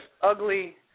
ugly